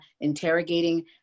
interrogating